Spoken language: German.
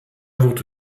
wurde